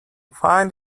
find